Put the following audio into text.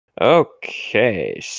Okay